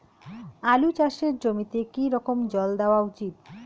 আলু চাষের জমিতে কি রকম জল দেওয়া উচিৎ?